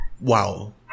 wow